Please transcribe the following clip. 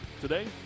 today